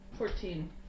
Fourteen